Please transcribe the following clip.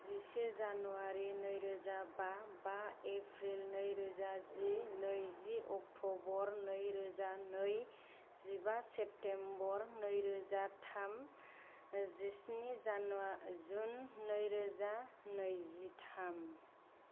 जिसे जानुवारि नैरोजा बा बा एप्रिल नैरोजा जि नैजि अक्ट''बर नैरोजा नै जिबा सेप्तेमबर नैरोजा थाम जिस्नि जानुवारि जुन नैरोजा नैजिथाम